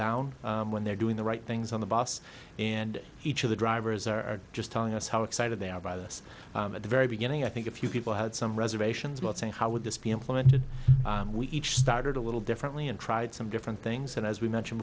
down when they're doing the right things on the bus and each of the drivers are just telling us how excited they are by this at the very beginning i think a few people had some reservations about saying how would this be implemented we each started a little differently and tried some different things and as we mentioned